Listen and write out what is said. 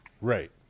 Right